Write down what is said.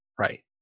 right